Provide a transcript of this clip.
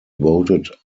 voted